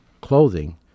Clothing